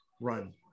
run